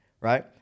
right